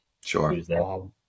Sure